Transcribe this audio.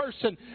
person